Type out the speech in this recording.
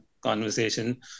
conversation